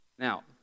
Now